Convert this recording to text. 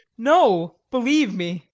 no, believe me.